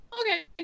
okay